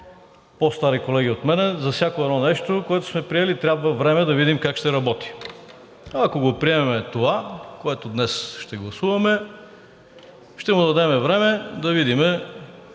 по-стари колеги от мен: за всяко едно нещо, което сме приели, трябва време, за да видим как ще работи. Ако го приемем това, което днес ще гласуваме, ще му дадем време да видим